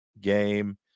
game